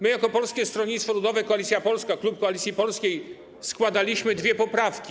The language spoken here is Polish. My jako Polskie Stronnictwo Ludowe - Koalicja Polska, klub Koalicji Polskiej składaliśmy dwie poprawki.